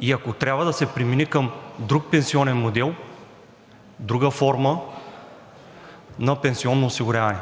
и ако трябва, да се премине към друг пенсионен модел, друга форма на пенсионно осигуряване.